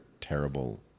terrible